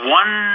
one